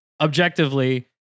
objectively